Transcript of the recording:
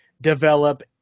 develop